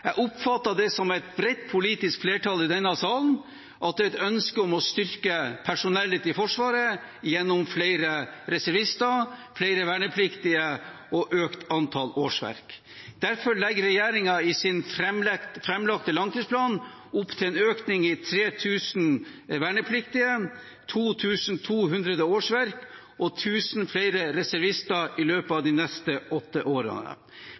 Jeg oppfatter at det fra et bredt politisk flertall i denne salen er et ønske om å styrke personellet i Forsvaret gjennom flere reservister, flere vernepliktige og økt antall årsverk. Derfor legger regjeringen i sin framlagte langtidsplan opp til en økning med 3 000 vernepliktige, 2 200 årsverk og 1 000 flere reservister i løpet av de neste åtte årene.